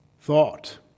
thought